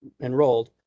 enrolled